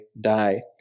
die